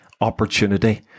opportunity